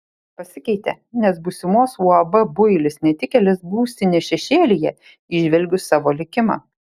pasikeitė nes būsimos uab builis netikėlis būstinės šešėlyje įžvelgiu savo likimą